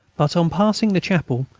but, on passing the chapel,